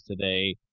today